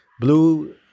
Blue